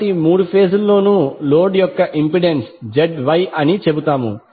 కాబట్టి మూడు ఫేజ్ ల్లోనూ లోడ్ యొక్క ఇంపెడెన్స్ ZY అని చెబుతాము